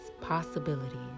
possibilities